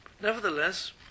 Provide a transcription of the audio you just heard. Nevertheless